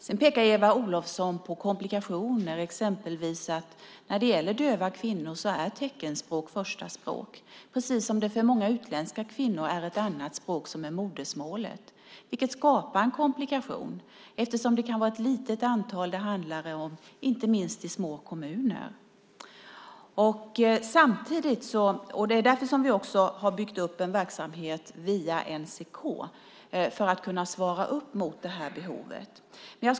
Sedan pekar Eva Olofsson på komplikationer, exempelvis att för döva kvinnor är teckenspråk första språk, precis som det för många utländska kvinnor är ett annat språk än svenska som är modersmålet. Det skapar en komplikation eftersom det kan handla om ett litet antal, inte minst vad gäller små kommuner. Det är därför vi har byggt upp en verksamhet via NCK för att kunna svara mot det här behovet.